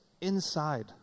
inside